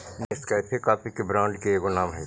Nescafe coffee के brand के एगो नाम हई